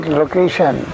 location